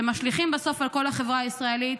שמשליכים בסוף על כל החברה הישראלית,